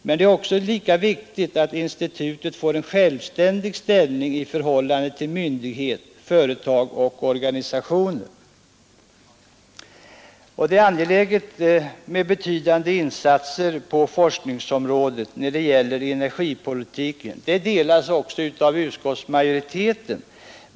Men det är lika viktigt att institutet får en självständig ställning i förhållande till myndigheter, företag och organisationer. Det är angeläget med en betydande insats på forskningsområdet när det gäller energipolitiken, och den uppfattningen delar utskottsmajoriteten med oss.